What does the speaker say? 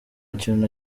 kintu